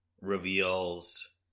reveals